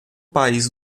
país